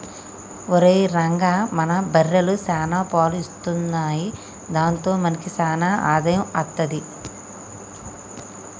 ఒరేయ్ రంగా మన బర్రెలు సాన పాలు ఇత్తున్నయ్ దాంతో మనకి సాన ఆదాయం అత్తది